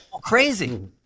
crazy